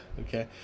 okay